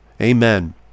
Amen